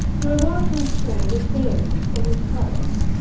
we were more concerned with dairies than with clubs,